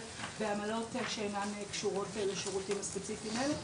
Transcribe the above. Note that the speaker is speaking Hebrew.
בעמלות שאינן קשורות לשירותים הספציפיים האלה,